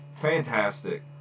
fantastic